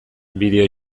bideo